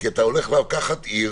כי אתה לוקח עיר